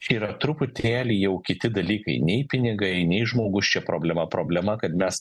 yra truputėlį jau kiti dalykai nei pinigai nei žmogus čia problema problema kad mes